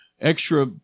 extra